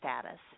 status